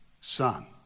Son